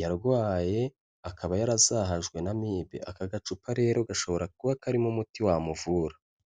yarwaye akaba yarazahajwe n'amibe. Aka gacupa rero gashobora kuba karimo umuti wamuvura.